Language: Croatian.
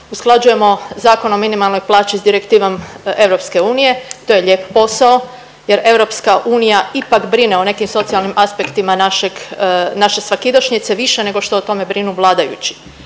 usklađujemo Zakon o minimalnoj plaći s Direktivom EU, to je lijep posao jer EU ipak brine o nekim socijalnim aspektima našeg, naše svakidašnjice više nego što o tome brinu vladajući.